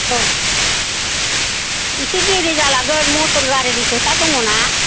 औ इसे देरि जालांगोन मटर गारिनि खोथा दङना